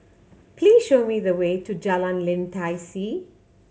please show me the way to Jalan Lim Tai See